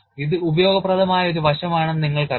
ഇത് ഉപയോഗപ്രദമായ ഒരു വശമാണെന്ന് നിങ്ങൾക്കറിയാം